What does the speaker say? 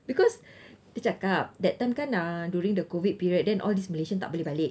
because dia cakap that time kan ah during the COVID period then all these malaysian tak boleh balik